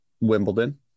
Wimbledon